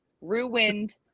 Ruined